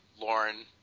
Lauren